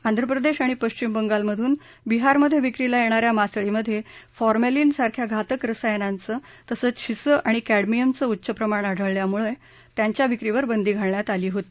आंध्रप्रदेश आणि पश्चिम बंगालमधून बिहारमधे विक्रीला येणाऱ्या मासळींमधे फॉर्मेलिन सारख्या घातक रसायनांचे तसंच शिसं आणि कॅडमियमचे उच्च प्रमाण आढळल्यामुळे त्यांच्या विक्रीवर बंदी घालण्यात आली होती